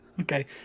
Okay